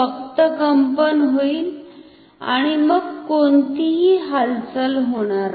फक्त कंपन होईल आणि मग कोणतीही हालचाल होणार नाही